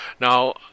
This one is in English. Now